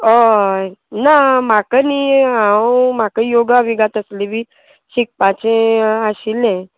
हय ना म्हाका न्ही हांव म्हाका योगा विगात आसले बी शिकपाचें आशिल्लें